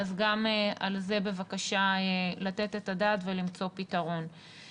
אז גם על זה בבקשה לתת את הדעת ולמצוא פתרון.